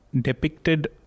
depicted